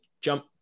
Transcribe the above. jump